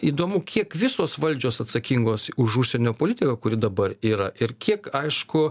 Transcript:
įdomu kiek visos valdžios atsakingos už užsienio politiką kuri dabar yra ir kiek aišku